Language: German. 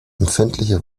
empfindliche